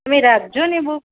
તમે રાખજોને બૂક